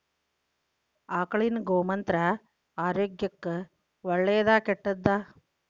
ಆಕಳಿನ ಗೋಮೂತ್ರ ಆರೋಗ್ಯಕ್ಕ ಒಳ್ಳೆದಾ ಕೆಟ್ಟದಾ?